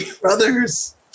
brothers